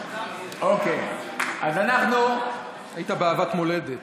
אוקיי, אז אנחנו, היית באהבת מולדת.